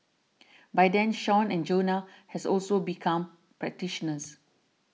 by then Sean and Jonah has also become practitioners